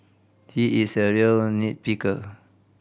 he is a real nit picker